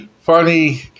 funny